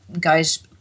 guys